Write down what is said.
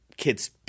Kids